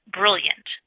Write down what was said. brilliant